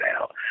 out